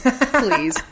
Please